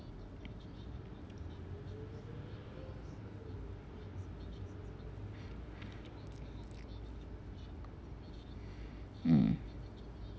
mm